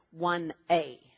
1A